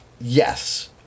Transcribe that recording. yes